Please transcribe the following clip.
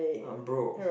I'm broke